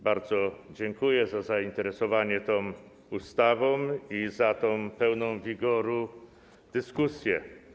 Bardzo dziękuję za zainteresowanie tą ustawą i za tę pełną wigoru dyskusję.